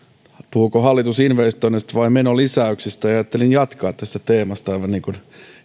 puhuuko hallitus investoinneista vai menolisäyksistä ja ajattelin jatkaa tästä teemasta aivan niin kuin